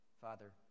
Father